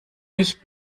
nicht